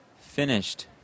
finished